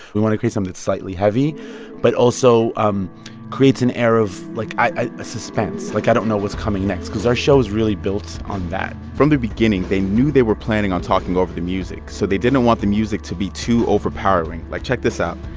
we wanted to create some that's slightly heavy but also um creates an air of, like, a suspense, like i don't know what's coming next, because our show is really built on that from the beginning, they knew they were planning on talking over the music, so they didn't want the music to be too overpowering. like, check this out.